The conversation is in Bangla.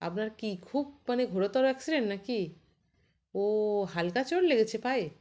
আপনার কি খুব মানে ঘোরতর অ্যাক্সিডেন্ট নাকি ও হালকা চোট লেগেছে পায়ে